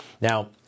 Now